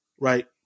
Right